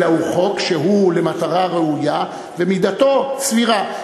אלא הוא חוק שהוא למטרה ראויה ומידתו סבירה.